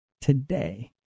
today